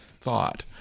thought